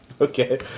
Okay